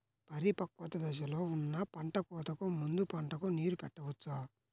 పరిపక్వత దశలో ఉన్న పంట కోతకు ముందు పంటకు నీరు పెట్టవచ్చా?